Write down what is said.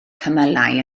cymylau